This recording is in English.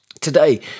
Today